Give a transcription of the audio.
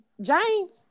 James